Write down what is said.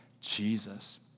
Jesus